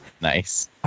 Nice